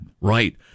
Right